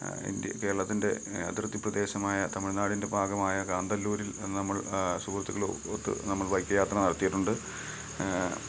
India കേരളത്തിൻ്റെ അതിർത്തിപ്രദേശമായ തമിഴ് നാടിൻ്റെ ഭാഗമായ കാന്തല്ലൂരിൽ നമ്മൾ സുഹുത്തുക്കളുമൊത്ത് നമ്മൾ ബൈക്ക് യാത്ര നടത്തിയിട്ടുണ്ട്